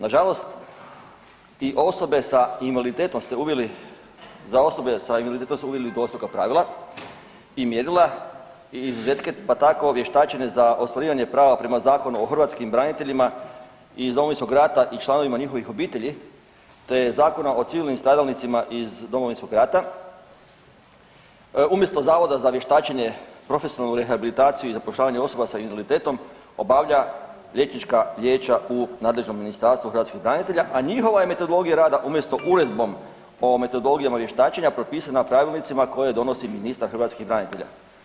Nažalost i osobe sa invaliditetom ste uveli, za osobe s invaliditetom ste uveli dvostruka pravila i mjerila i izuzetke pa tako vještačenja za ostvarivanje prava prema Zakonu o hrvatskim braniteljima iz Domovinskog rata i članovima njihovim obitelji te Zakona o civilnim stradalnicima iz Domovinskog rata umjesto Zavoda za vještačenje, profesionalnu rehabilitaciju i zapošljavanje osoba sa invaliditetom obavlja liječnička vijeća u nadležnom Ministarstvu hrvatskih branitelja, a njihova je metodologija rada umjesto uredbom o metodologijama vještačenja propisana pravilnicima koje donosi ministar hrvatskih branitelja.